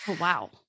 Wow